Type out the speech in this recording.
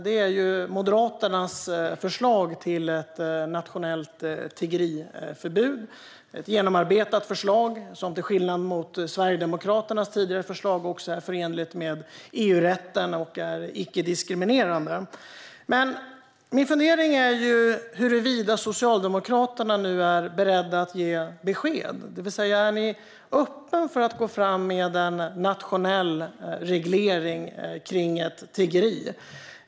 Det är ju Moderaternas förslag till ett nationellt tiggeriförbud, ett genomarbetat förslag som till skillnad från Sverigedemokraternas tidigare förslag också är både förenligt med EU-rätten och icke-diskriminerande. Min fundering är huruvida Socialdemokraterna nu är beredda att ge besked. Är ni öppna för att gå fram med en nationell reglering av tiggeri?